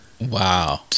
Wow